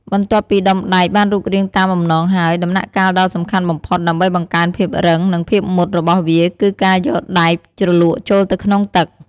បន្ទាប់ពីដុំដែកបានរូបរាងតាមបំណងហើយ ដំណាក់កាលដ៏សំខាន់បំផុតដើម្បីបង្កើនភាពរឹង និងភាពមុតរបស់វាគឺការយកដែកជ្រលក់ចូលទៅក្នុងទឹក។